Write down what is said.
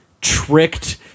tricked